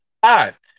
five